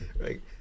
Right